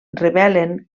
revelen